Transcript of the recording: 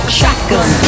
shotgun